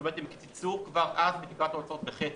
זאת אומרת, הן קיצצו כבר אז מתקרת ההוצאות בחצי,